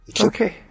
Okay